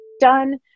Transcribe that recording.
done